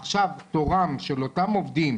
עכשיו תורם של אותם עובדים,